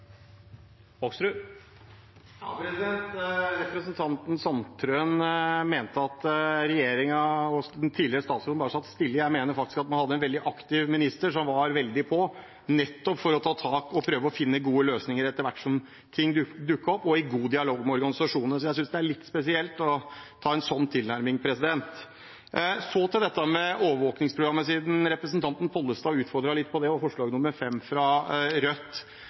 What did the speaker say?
Representanten Sandtrøen mente at regjeringen og den tidligere statsråden bare satt stille. Jeg mener faktisk at man hadde en veldig aktiv minister som var veldig på, nettopp for å ta tak og prøve å finne gode løsninger etter hvert som ting dukket opp, og i god dialog med organisasjonene. Så jeg synes det er litt spesielt å ha en sånn tilnærming. Så til dette med overvåkingsprogrammet, siden representanten Pollestad utfordret litt på det og forslag nr. 5, fra Rødt.